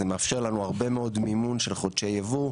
זה מאפשר לנו הרבה מאוד מימון של חודשי יבוא,